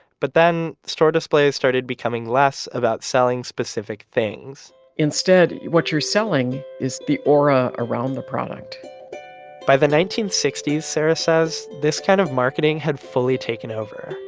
but then the store displays started becoming less about selling specific things instead, what you're selling is the aura around the product by the nineteen sixty s sarah says this kind of marketing had fully taken over,